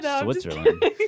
Switzerland